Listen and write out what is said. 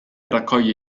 raccoglie